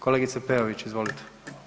Kolegice Peović, izvolite.